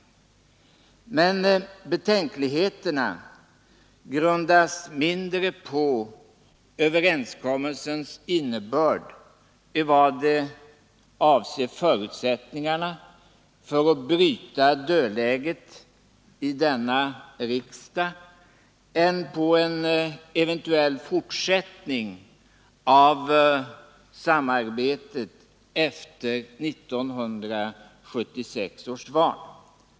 Men betänkligheterna grundas mindre på överenskommelsens innebörd i vad den avser förutsättningarna för att bryta dödläget i denna kammare än på en eventuell fortsättning av samarbetet efter 1976 års val.